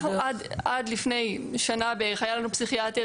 אנחנו עד לפני שנה בערך היה לנו פסיכיאטר